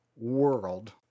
world